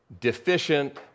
deficient